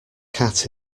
cat